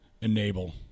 enable